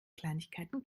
kleinigkeiten